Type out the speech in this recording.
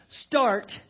Start